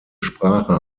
sprache